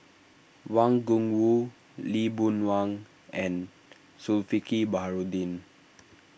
Wang Gungwu Lee Boon Wang and Zulkifli Baharudin